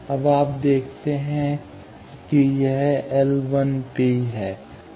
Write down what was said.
अब आप देखते हैं कि यह L है